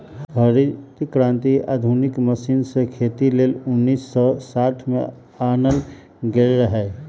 हरित क्रांति आधुनिक मशीन से खेती लेल उन्नीस सौ साठ में आनल गेल रहै